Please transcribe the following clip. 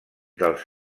dels